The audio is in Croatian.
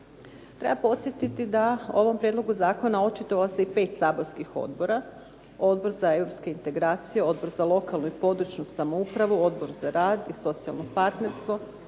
Treba podsjetiti da ovom prijedlogu zakona očitovalo se i 5 saborskih odbora. Odbor za europske integracije, Odbor za lokalnu i područnu samoupravu, Odbor za rad i socijalno partnerstvo,